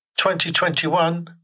2021